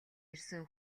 ирсэн